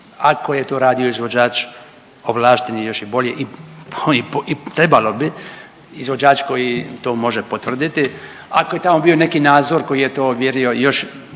ako je to radio izvođač još i bolje i trebalo bi izvođač koji to može potvrditi. Ako je tamo bio neki nadzor koji je to ovjerio još